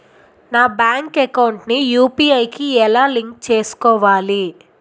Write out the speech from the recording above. నా bank account ని UPI కి ఎలా లింక్ చేసుకోవాలి?